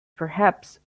perhaps